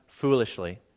foolishly